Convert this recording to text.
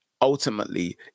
ultimately